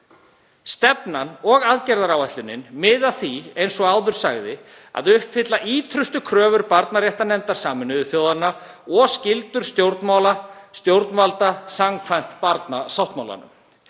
Stefnan og aðgerðaáætlunin miða að því, eins og áður sagði, að uppfylla ýtrustu kröfur barnaréttarnefndar Sameinuðu þjóðanna og skyldur stjórnvalda samkvæmt barnasáttmálanum.